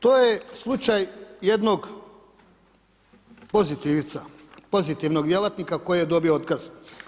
To je slučaj jednog pozitivca, pozitivnog djelatnika koji je dobio otkaz.